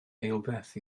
eilbeth